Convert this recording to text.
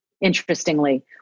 Interestingly